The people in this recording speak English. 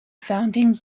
founding